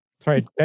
Sorry